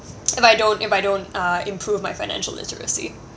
if I don't if I don't uh improve my financial literacy